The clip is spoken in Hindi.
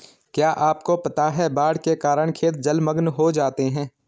क्या आपको पता है बाढ़ के कारण खेत जलमग्न हो जाते हैं?